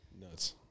Nuts